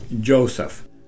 Joseph